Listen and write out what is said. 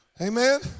Amen